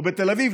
או בתל אביב,